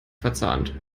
verzahnt